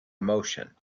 emotion